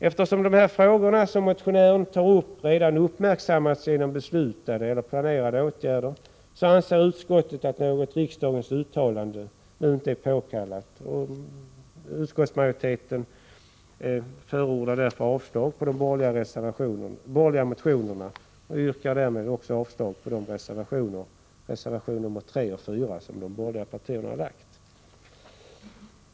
Eftersom de frågor som motionärerna tagit upp redan uppmärksammats genom beslutade eller planerade åtgärder, anser utskottet att något riksdagens uttalande nu inte är påkallat, och utskottsmajoriteten förordar därför avslag på de borgerliga motionerna. Jag yrkar därmed också avslag på de reservationer, nr 3 och 4, som de borgerliga fogat till betänkandet.